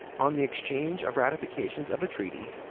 on the exchange of ratifications of the treaty,